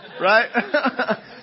right